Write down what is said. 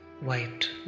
white